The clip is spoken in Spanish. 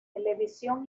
televisión